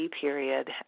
period